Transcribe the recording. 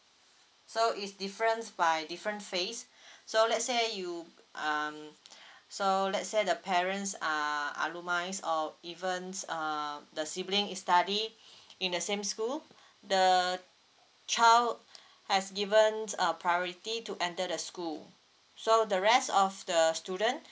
so is difference by different phase so lets say you um so let's say the parents are alumni or even uh the sibling is study in the same school the child has given a priority to enter the school so the rest of the student